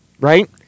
right